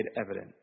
evident